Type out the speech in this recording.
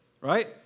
right